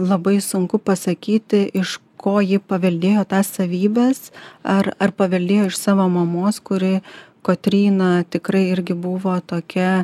labai sunku pasakyti iš ko ji paveldėjo tas savybes ar ar paveldėjo iš savo mamos kuri kotryna tikrai irgi buvo tokia